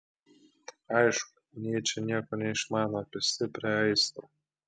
aišku nyčė nieko neišmano apie stiprią aistrą